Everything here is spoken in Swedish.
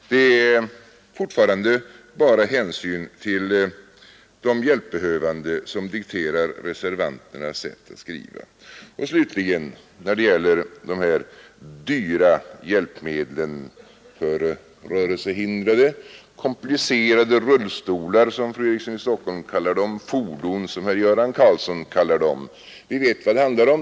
Det är fortfarande bara hänsyn till de hjälpbehövande som dikterar reservanternas sätt att skriva. Slutligen gäller det de här dyra hjälpmedlen för rörelsehindrade — komplicerade rullstolar som fru Eriksson i Stockholm kallar dem, fordon som herr Göran Karlsson kallar dem. Vi vet vad det handlar om.